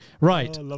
right